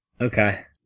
Okay